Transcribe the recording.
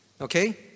Okay